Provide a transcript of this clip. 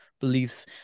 beliefs